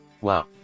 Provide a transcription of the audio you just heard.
wow